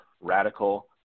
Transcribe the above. Radical